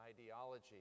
ideology